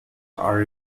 are